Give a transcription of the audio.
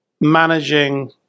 managing